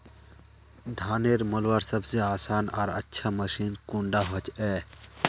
धानेर मलवार सबसे आसान आर अच्छा मशीन कुन डा होचए?